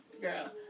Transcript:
girl